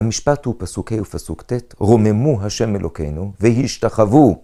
המשפט הוא פסוק ה' ופסוק ט', רוממו השם אלוקנו והשתחוו.